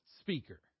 speaker